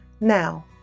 Now